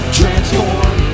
transform